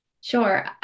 Sure